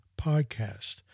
podcast